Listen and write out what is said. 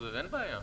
- אין בעיה.